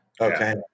Okay